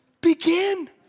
begin